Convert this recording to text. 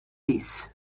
this